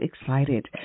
excited